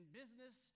business